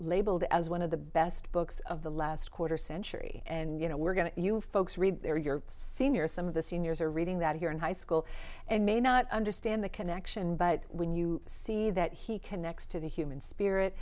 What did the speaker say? labeled as one of the best books of the last quarter century and you know we're going to you folks read there your seniors some of the seniors are reading that here in high school and may not understand the connection but when you see that he connects to the human spirit